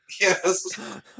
Yes